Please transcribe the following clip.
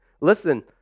Listen